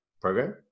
program